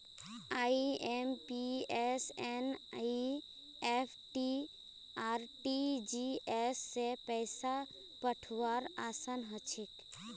IMPS NEFT RTGS स पैसा पठऔव्वार असान हछेक